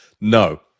No